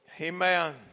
Amen